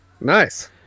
Nice